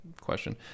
question